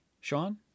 Sean